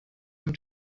him